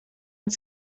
and